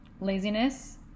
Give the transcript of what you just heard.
laziness